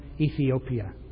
Ethiopia